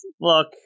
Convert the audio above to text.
Look